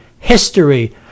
history